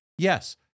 Yes